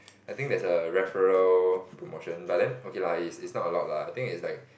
I think there's a referral promotion but then okay lah it's it's not a lot lah I think is like